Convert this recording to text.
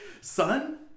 son